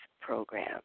program